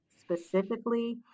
specifically